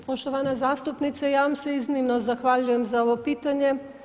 Poštovana zastupnice, ja vam se iznimno zahvaljujem za ovo pitanje.